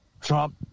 Trump